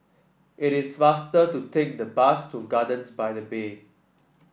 it is faster to take the bus to Gardens by the Bay